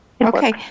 Okay